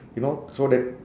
you know so that